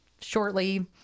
shortly